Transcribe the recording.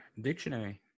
dictionary